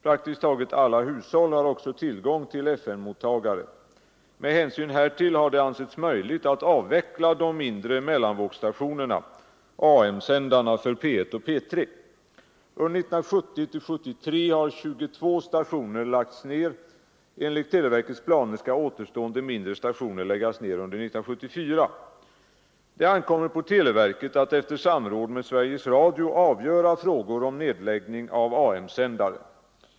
Praktiskt taget alla hushåll har också tillgång till FM-mottagare. Med hänsyn härtill har det ansetts möjligt att avveckla de mindre mellanvågsstationerna, AM-sändarna, för P 1 och P 3. Under 1970-1973 har 22 stationer lagts ned. Enligt televerkets planer skall återstående mindre stationer läggas ned under år 1974. Det ankommer på televerket att efter samråd med Sveriges Radio avgöra frågor om nedläggning av AM-sändare.